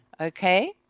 okay